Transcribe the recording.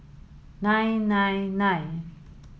nine nine nine